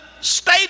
state